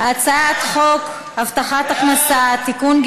הצעת חוק הבטחת הכנסה (תיקון,